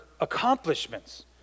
accomplishments